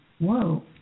Whoa